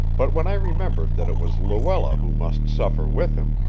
but when i remembered that it was luella who must suffer with him,